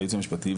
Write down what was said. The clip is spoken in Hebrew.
הייעוץ המשפטי,